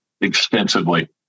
extensively